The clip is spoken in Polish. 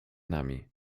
nami